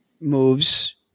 moves